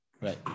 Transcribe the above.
right